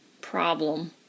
problem